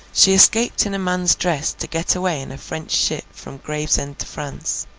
she escaped in a man's dress to get away in a french ship from gravesend to france,